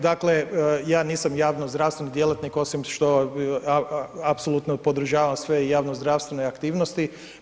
Dakle, ja nisam javno zdravstveni djelatnik osim što apsolutno podržavam sve i javno zdravstvene aktivnosti.